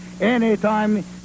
anytime